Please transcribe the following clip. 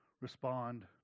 respond